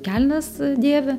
kelnes dėvi